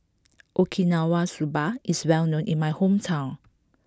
Okinawa Soba is well known in my hometown